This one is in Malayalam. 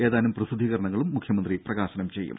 ഏതാനും പ്രസിദ്ധീകരണങ്ങളും മുഖ്യമന്ത്രി പ്രകാശനം ചെയ്യും